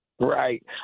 Right